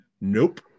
nope